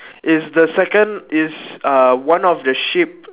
is the second is uh one of the sheep